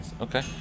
Okay